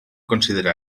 considerar